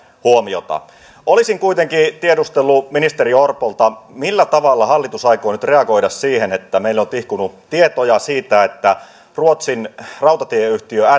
huomiota olisin kuitenkin tiedustellut ministeri orpolta millä tavalla hallitus aikoo nyt reagoida siihen että meille on tihkunut tietoja siitä että ruotsin rautatieyhtiö